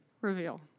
reveal